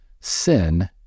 Sin